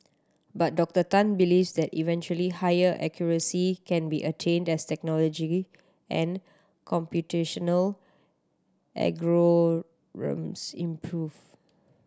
but Doctor Tan believes that eventually higher accuracy can be attained as technology and computational algorithms improve